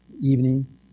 evening